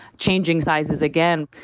changing sizes again.